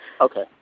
Okay